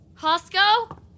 Hosko